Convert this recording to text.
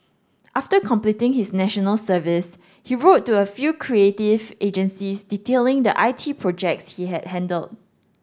after completing his National Service he wrote to a few creative agencies detailing the I T projects he had handled